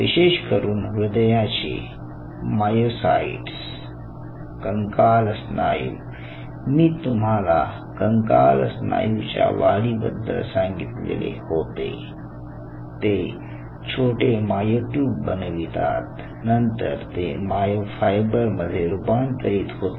विशेष करून हृदयाचे मायोसाइट्स कंकाल स्नायू मी तुम्हाला कंकाल स्नायूंच्या वाढीबद्दल सांगितलेले होते ते छोटे मायोयुट्युब बनवितात नंतर ते मायोफायबर मध्ये रुपांतरीत होते